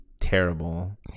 terrible